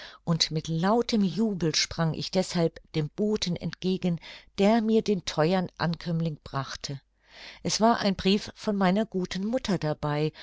und mit lautem jubel sprang ich deshalb dem boten entgegen der mir den theuern ankömmling brachte es war ein brief von meiner guten mutter dabei